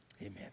Amen